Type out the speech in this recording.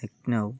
Lucknow